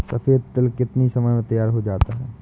सफेद तिल कितनी समय में तैयार होता जाता है?